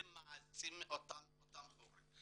זה מעצים אותם פה.